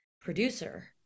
producer